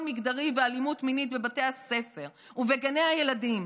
מגדרי ואלימות מינית בבתי הספר ובגני הילדים,